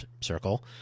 circle